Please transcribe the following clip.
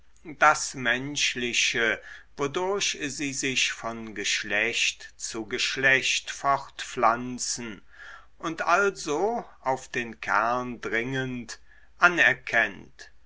das menschliche wodurch sie sich von geschlecht zu geschlecht fortpflanzen und also auf den kern dringend anerkennt